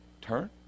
turn